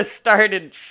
started